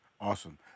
Awesome